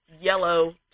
yellow